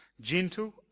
gentle